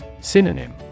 Synonym